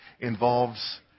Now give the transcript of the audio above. involves